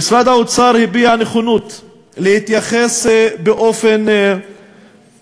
משרד האוצר הביע נכונות להתייחס באופן